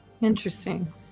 Interesting